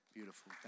Beautiful